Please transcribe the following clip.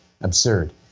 absurd